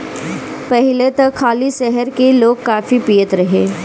पहिले त खाली शहर के लोगे काफी पियत रहे